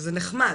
שזה נחמד,